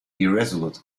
irresolute